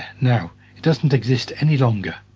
now it doesn't exist any longer.